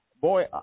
boy